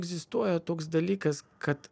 egzistuoja toks dalykas kad